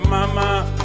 Mama